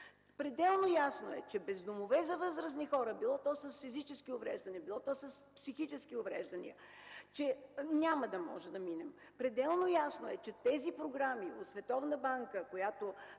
Пределно ясно е, че без домове за възрастни хора – било то с физически увреждания, било то с психически увреждания, няма да можем да минем. Пределно ясно е, че тази програма от Световната банка, която